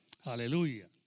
Aleluya